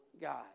God